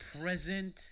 present